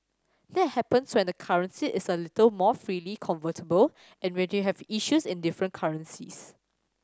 that happens when the currency is a little more freely convertible and when you have issues in different currencies